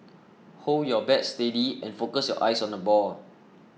hold your bat steady and focus your eyes on the ball